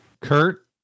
Kurt